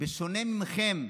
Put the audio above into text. בשונה מכם,